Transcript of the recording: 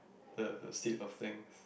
the the state of things